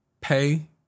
pay